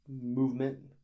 movement